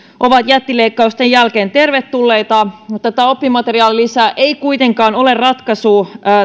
ovat jättileikkausten jälkeen tervetulleita mutta oppimateriaalilisä ei kuitenkaan ole ratkaisu